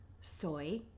soy